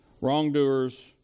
wrongdoers